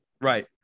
Right